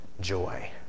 joy